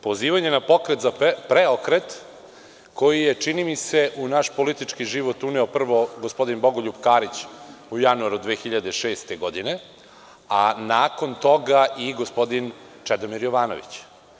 Pozivanje na Pokret za PREOKRET koji je čini mi se u naš politički život uneo prvo gospodin Bogoljub Karić u januaru 2006. godine, a nakon toga i gospodin i Čedomir Jovanović.